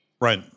right